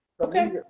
Okay